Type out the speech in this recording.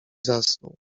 zasnął